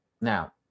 now